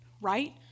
right